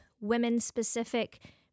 women-specific